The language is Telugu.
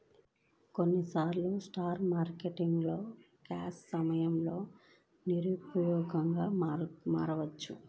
కొన్నిసార్లు స్టాక్ మార్కెట్లు క్రాష్ సమయంలో నిరుపయోగంగా మారవచ్చు